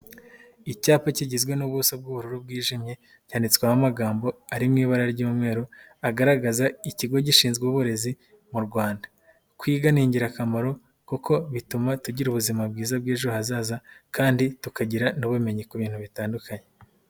Icyapa kigizwe n'ubuso bw'ubururu bwijimye cyanditsweho amagambo ari mu ibara ry'umweru, agaragaza ikigo gishinzwe uburezi mu Rwanda. Kwiga ni ingirakamaro kuko bituma tugira ubuzima bwiza bw'ejo hazaza kandi tukagira n'ubumenyi ku bintu bitandukanye.